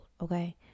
okay